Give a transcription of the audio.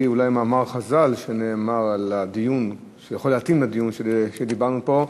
מאמר חז"ל שיכול להתאים לדיון שלנו פה,